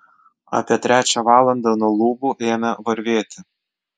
apie trečią valandą nuo lubų ėmė varvėti